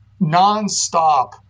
nonstop